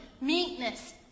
meekness